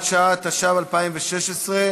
התשע"ו 2016,